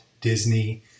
Disney